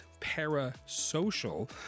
parasocial